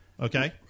Okay